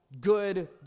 good